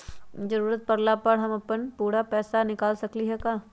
जरूरत परला पर हम अपन पूरा पैसा निकाल सकली ह का?